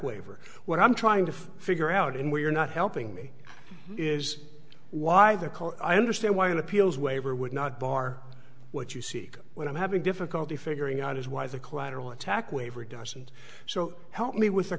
waiver what i'm trying to figure out and we're not helping me is why they're called i understand why an appeals waiver would not bar what you see what i'm having difficulty figuring out is why the collateral attack waiver doesn't so help me with a